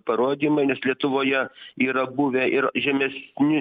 parodymai nes lietuvoje yra buvę ir žemesni